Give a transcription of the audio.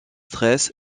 stress